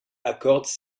accorde